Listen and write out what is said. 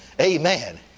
Amen